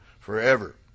forever